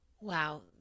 wow